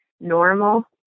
normal